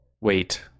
wait